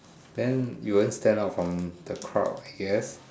then you won't stand out from the crowd yes